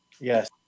Yes